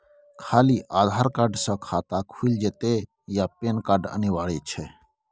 खाली आधार कार्ड स खाता खुईल जेतै या पेन कार्ड अनिवार्य छै?